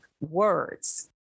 words